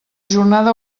jornada